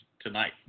tonight